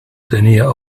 tenía